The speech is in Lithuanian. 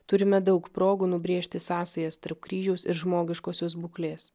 turime daug progų nubrėžti sąsajas tarp kryžiaus ir žmogiškosios būklės